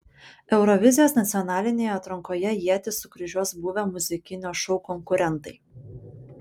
eurovizijos nacionalinėje atrankoje ietis sukryžiuos buvę muzikinio šou konkurentai